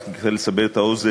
רק כדי לסבר את האוזן,